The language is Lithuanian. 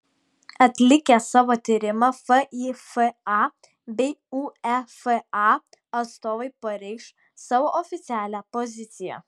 atlikę savo tyrimą fifa bei uefa atstovai pareikš savo oficialią poziciją